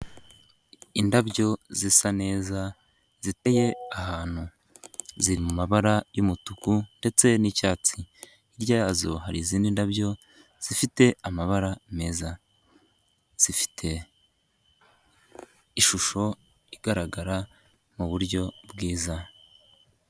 Indabyo zisa neza ziteye ahantu ziri mu mabara y'umutuku ndetse n'icyatsi, hirya yazo hari izindi ndabyo zifite amabara meza, zifite ishusho igaragara mu buryo bwiza.